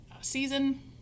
season